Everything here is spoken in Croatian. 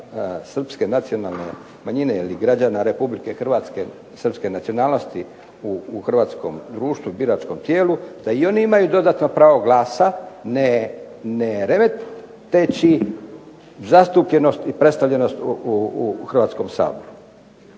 Srpske nacionalne manjine ili građana Republike Hrvatske Srpske nacionalnosti u Hrvatskom društvu ili biračkom tijelu, da i oni imaju dodatno pravo glasa, ne remeteći zastupljenosti i predstavljenost u Hrvatskom saboru.